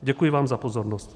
Děkuji vám za pozornost.